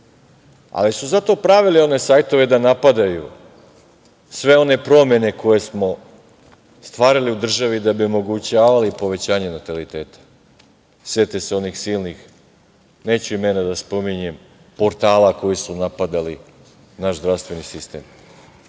Ali, su zato pravili one sajtove da napadaju sve one promene koje smo stvarali u državi da bi omogućavali povećanje nataliteta. Setite se onih silnih, neću imena da spominjem, portala koji su napadali naš zdravstveni sistem. Šta